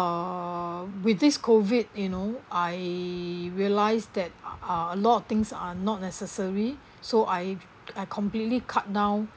err with this COVID you know I realised that uh a lot of things are not necessary so I I completely cut down